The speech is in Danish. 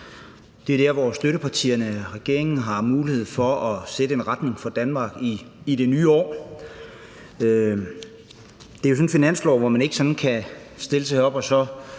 Det er der, hvor støttepartierne og regeringen har mulighed for at sætte en retning for Danmark i det nye år. Det er jo en finanslov, hvor man ikke sådan kan stille sig op og